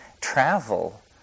travel